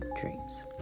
dreams